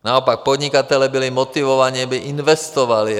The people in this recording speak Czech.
Naopak podnikatelé byli motivováni, aby investovali.